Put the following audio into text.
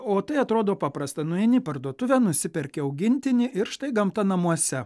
o tai atrodo paprasta nueini į parduotuvę nusiperki augintinį ir štai gamta namuose